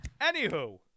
Anywho